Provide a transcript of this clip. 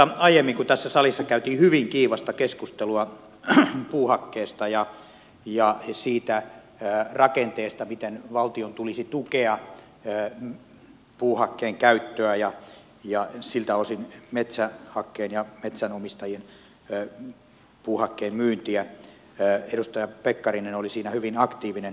kun aiemmin tässä salissa käytiin hyvin kiivasta keskustelua puuhakkeesta ja siitä rakenteesta miten valtion tulisi tukea puuhakkeen käyttöä ja siltä osin metsähakkeen ja metsänomistajien puuhakkeen myyntiä edustaja pekkarinen oli siinä hyvin aktiivinen